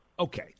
Okay